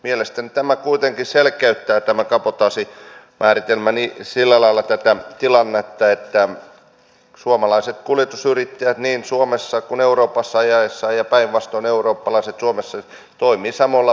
mielestäni tämä kabotaasimääritelmä kuitenkin selkeyttää sillä lailla tätä tilannetta että suomalaiset kuljetusyrittäjät niin suomessa kuin euroopassakin ajaessaan ja päinvastoin eurooppalaiset suomessa toimivat samoilla pelisäännöillä